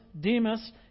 Demas